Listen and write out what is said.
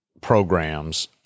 programs